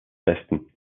besten